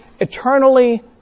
eternally